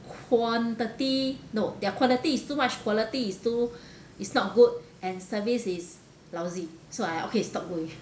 quantity no their quantity is too much quality is too is not good and service is lousy so I okay stop going